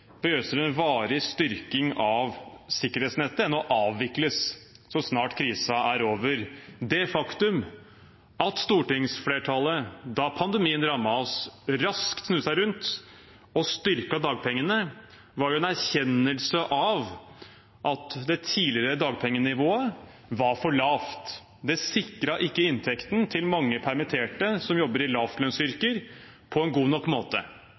enn å avvikles så snart krisen er over. Det faktum at stortingsflertallet da pandemien rammet oss, raskt snudde seg rundt og styrket dagpengene, var en erkjennelse av at det tidligere dagpengenivået var for lavt, det sikret ikke inntekten til mange permitterte som jobber i lavlønnsyrker, på en god nok måte.